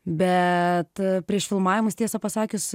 bet prieš filmavimus tiesą pasakius